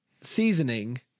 seasoning